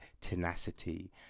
tenacity